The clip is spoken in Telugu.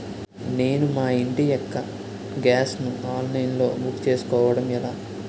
నేను మా ఇంటి యెక్క గ్యాస్ ను ఆన్లైన్ లో బుక్ చేసుకోవడం ఎలా?